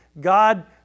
God